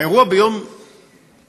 האירוע ביום שישי